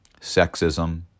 sexism